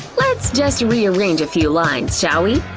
let's just rearrange a few lines, shall we?